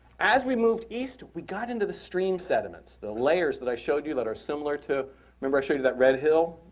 as we moved east we got into the stream sediments, the layers that i showed you that are similar to remember, i showed you that red hill